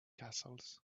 castles